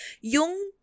yung